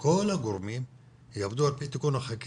שכל הגורמים יעבדו על פי תיקון החקיקה